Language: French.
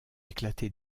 éclater